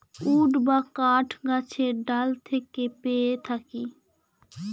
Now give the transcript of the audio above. would বা কাঠ গাছের ডাল থেকে পেয়ে থাকি